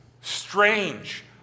strange